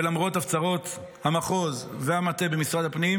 ולמרות הפצרות המחוז והמטה במשרד הפנים,